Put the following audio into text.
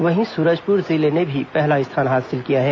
वहीं सूरजपुर जिले ने भी पहला स्थान प्राप्त किया है